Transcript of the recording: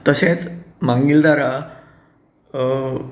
तशेंच मागीलदारा